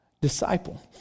Disciple